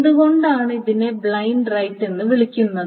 എന്തുകൊണ്ടാണ് ഇതിനെ blind write എന്ന് വിളിക്കുന്നത്